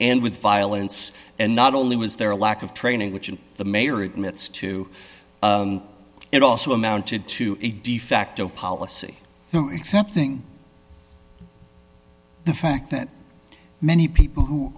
and with violence and not only was there a lack of training which is the mayor admits to it also amounted to a de facto policy accepting the fact that many people who